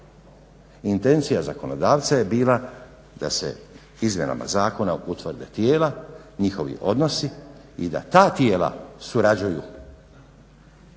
Intencija zakonodavca je bila da se izmjenama zakona utvrde tijela, njihovi odnosi i da ta tijela surađuju